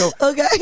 okay